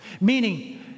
meaning